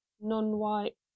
non-white